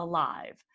Alive